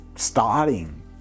starting